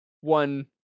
one